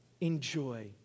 enjoy